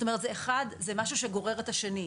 זה משהו שגורר את השני.